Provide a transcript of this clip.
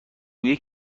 بوی